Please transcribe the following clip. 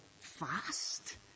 fast